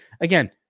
Again